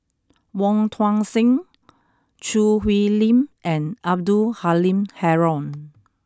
Wong Tuang Seng Choo Hwee Lim and Abdul Halim Haron